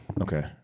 okay